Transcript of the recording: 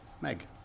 Meg